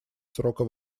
срока